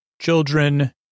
children